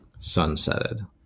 sunsetted